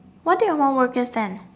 what did you mum work as then